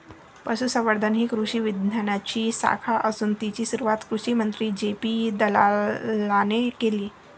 पशुसंवर्धन ही कृषी विज्ञानाची शाखा असून तिची सुरुवात कृषिमंत्री जे.पी दलालाने केले